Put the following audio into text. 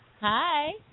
Hi